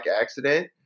accident